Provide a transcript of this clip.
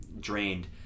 drained